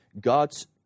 God's